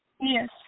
Yes